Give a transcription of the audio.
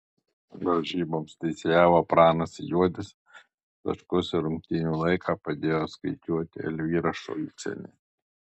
varžyboms teisėjavo pranas juodis taškus ir rungtynių laiką padėjo skaičiuoti elvyra šulcienė